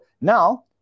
now